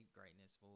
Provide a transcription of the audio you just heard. greatness